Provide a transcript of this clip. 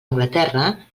anglaterra